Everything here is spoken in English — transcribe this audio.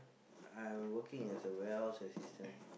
I working as a warehouse assistant